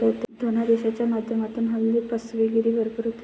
धनादेशाच्या माध्यमातूनही हल्ली फसवेगिरी भरपूर होते